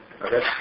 Okay